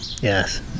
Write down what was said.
yes